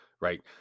right